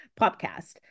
podcast